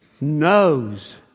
knows